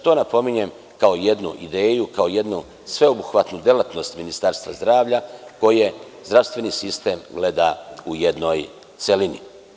To napominjem kao jednu ideju, kao jednu sveobuhvatnu delatnost Ministarstva zdravlja, koje zdravstveni sistem gleda u jednoj celini.